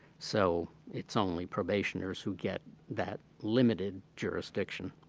so it's only probationers who get that limited jurisdiction.